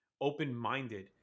open-minded